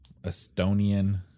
Estonian